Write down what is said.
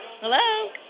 Hello